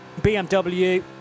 BMW